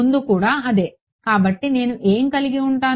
ముందు కూడా అదే కాబట్టి నేను ఏమి కలిగి ఉంటాను